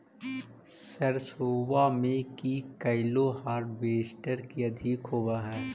सरसोबा मे की कैलो हारबेसटर की अधिक होब है?